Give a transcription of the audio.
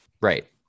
Right